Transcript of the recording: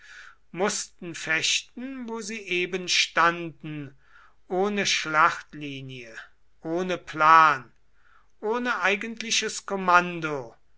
mußten fechten wo sie eben standen ohne schlachtlinie ohne plan ohne eigentliches kommando